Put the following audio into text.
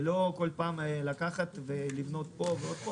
ולא כל פעם לבנות פה ופה.